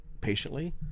patiently